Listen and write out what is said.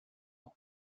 old